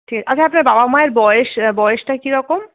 ঠিক আচ্ছা আপনার বাবা মায়ের বয়স বয়সটা কীরকম